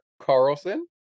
Carlson